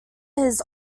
his